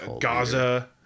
Gaza